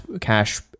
cash